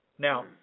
Now